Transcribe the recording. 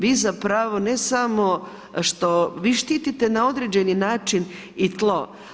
Vi zapravo, ne samo, što vi štite na određeni način i tlo.